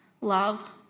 love